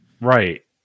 right